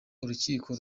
urukiko